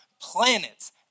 planets